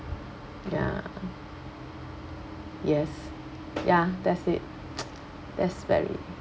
ya yes ya that's it that's very